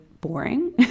boring